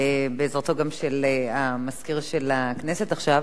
גם בעזרתו של מזכיר הכנסת עכשיו,